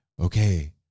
okay